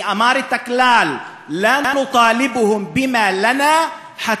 כי אמר את הכלל (אומר בערבית: לא נדרוש מהם את המגיע לנו עד